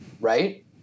right